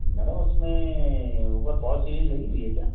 madam उसमें ऊपर false ceiling लगी हुई है क्या